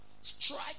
strike